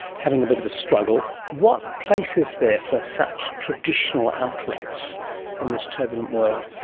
having a bit of a struggle, what place is therefore such traditional outlets in this turbulent world?